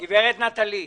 נטלי,